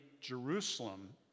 Jerusalem